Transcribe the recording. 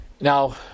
Now